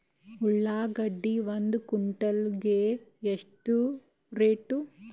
ಉಳ್ಳಾಗಡ್ಡಿ ಒಂದು ಕ್ವಿಂಟಾಲ್ ಗೆ ಎಷ್ಟು ರೇಟು?